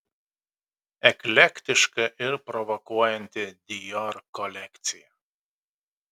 eklektiška ir provokuojanti dior kolekcija